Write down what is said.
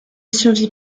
survit